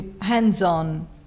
hands-on